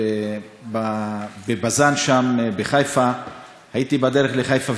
בבז"ן שם בחיפה הייתי בדרך לחיפה,